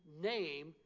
name